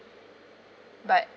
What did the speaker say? but